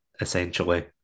essentially